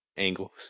Angles